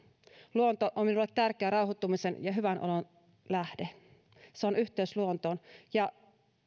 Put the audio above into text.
luonto on minulle tärkeä rauhoittumisen ja hyvän olon lähde se on yhteyttä luontoon ja